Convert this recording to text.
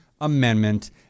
Amendment